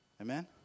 Amen